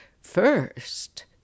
First